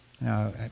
Now